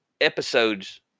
episodes